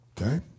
Okay